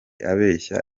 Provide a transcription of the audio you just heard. abeshya